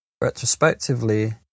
retrospectively